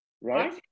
right